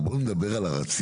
אבל בואו נדבר על הרציונל.